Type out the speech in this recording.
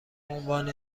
عنوان